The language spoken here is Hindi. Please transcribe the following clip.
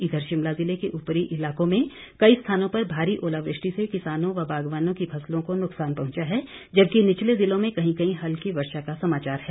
इधर शिमला ज़िले के ऊपरी इलाकों में कई स्थानों पर भारी ओलावृष्टि से किसानों व बागवानों की फसलों को नुकसान पहुंचा है जबकि निचले ज़िलों में कहीं कहीं हल्की वर्षा का समाचार है